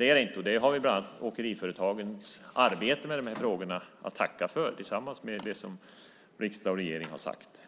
Det är det inte, och det har vi bland annat åkeriföretagens arbete med de här frågorna att tacka för, tillsammans med det som riksdag och regering har sagt.